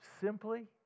simply